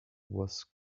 was